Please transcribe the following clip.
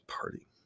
party